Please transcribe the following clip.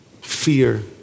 fear